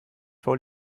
vor